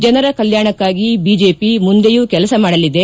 ಜನರ ಕಲ್ಲಾಣಕ್ನಾಗಿ ಬಿಜೆಪಿ ಮುಂದೆಯೂ ಕೆಲಸ ಮಾಡಲಿದೆ